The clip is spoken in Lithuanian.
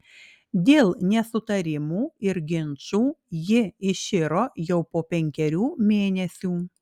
dėl nesutarimų ir ginčų ji iširo jau po penkerių mėnesių